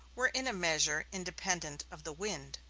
were in a measure independent of the wind.